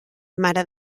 mare